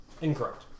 Incorrect